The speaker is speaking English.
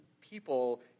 people